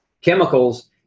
chemicals